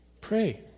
pray